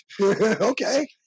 Okay